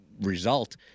result